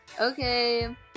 Okay